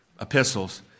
epistles